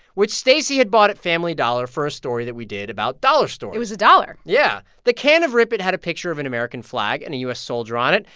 which stacey had bought at family dollar for a story that we did about dollar stores it was a dollar yeah. the can of rip it had a picture of an american flag and a u s. soldier on it.